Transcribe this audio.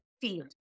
field